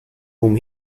whom